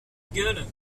gueule